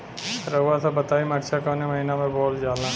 रउआ सभ बताई मरचा कवने महीना में बोवल जाला?